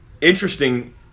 interesting